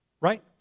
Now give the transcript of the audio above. Right